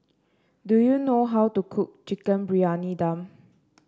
do you know how to cook Chicken Briyani Dum